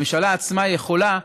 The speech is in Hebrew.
הממשלה עצמה יכולה,